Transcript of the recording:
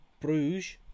Bruges